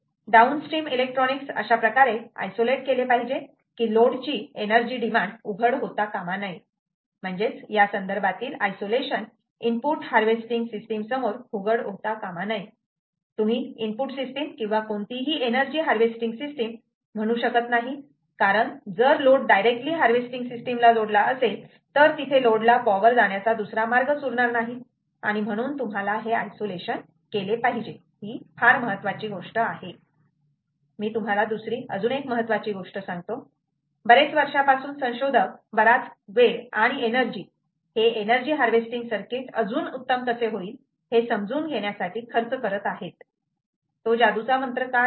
down stream electronics अशाप्रकारे isolate केले पाहीजे की लोडची एनर्जी डिमांड उघड होता कामा नये म्हणजेच यासंदर्भातील आयसोलेशन इनपुट हार्वेस्टिंग सिस्टीम समोर उघड होता कामा नये तुम्ही इनपुट सिस्टीम किंवा कोणतीही एनर्जी हार्वेस्टिंग सिस्टिम म्हणू शकत नाही कारण जर लोड डायरेक्टली हार्वेस्टिंग सिस्टिम ला जोडलेला असेल तर तिथे लोडला पॉवर जाण्याचा दुसरा मार्गच उरणार नाही आणि म्हणून तुम्हाला हे आयसोलेशन केले पाहिजे ही फार महत्त्वाची गोष्ट आहे मी तुम्हाला दुसरी महत्वाची गोष्ट सांगतो बरेच वर्षापासून संशोधक बराच वेळ आणि एनर्जी हे एनर्जी हार्वेस्टिंग सर्किट अजून उत्तम कसे होईल हे समजून घेण्यासाठी खर्च करत आहे तो जादूचा मंत्र काय आहे